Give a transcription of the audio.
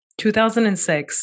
2006